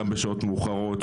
גם בשעות מאוחרות,